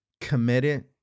committed